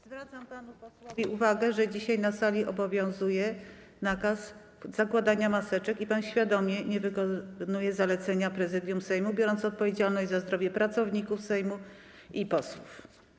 Zwracam panu posłowi uwagę, że dzisiaj na sali obowiązuje nakaz zakładania maseczek i pan świadomie nie wykonuje zalecenia Prezydium Sejmu, biorąc odpowiedzialność za zdrowie pracowników Sejmu i posłów.